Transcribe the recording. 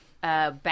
Back